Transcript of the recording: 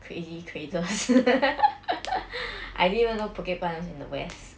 crazy traders I didn't even know bukit panjang was in the west